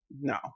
no